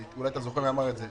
אולי אתה זוכר מי אמר את זה.